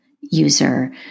user